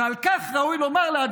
ועל כך ראוי לומר לה,